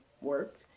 work